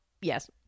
Yes